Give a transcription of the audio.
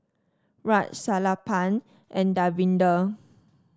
Raj Sellapan and Davinder